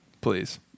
Please